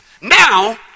Now